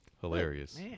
Hilarious